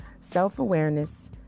self-awareness